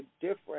different